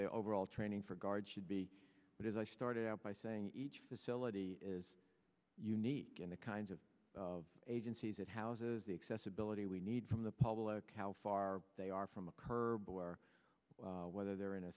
their overall training for guards should be but as i started out by saying each facility is unique in the kinds of agencies it houses the accessibility we need from the public how far they are from a curb or whether they're in a